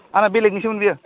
आंना बेलेकनिसोमोन बियो